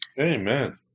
Amen